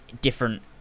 different